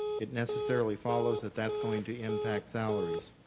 it necessarily follows that that's going to impact salaries.